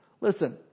Listen